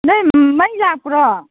ꯅꯣꯏ ꯃꯩ ꯂꯥꯛꯄ꯭ꯔꯣ